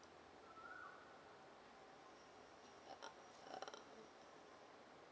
err err